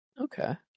Okay